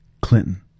Clinton